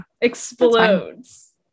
explodes